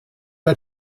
der